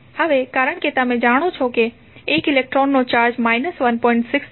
હવે કારણ કે તમે જાણો છો કે 1 ઇલેક્ટ્રોનનો ચાર્જ 1